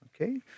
Okay